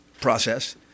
process